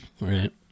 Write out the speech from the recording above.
right